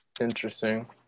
interesting